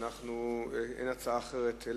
אין הצעה אחרת,